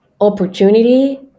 opportunity